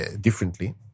differently